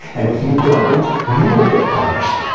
and if you don't, you will get punished.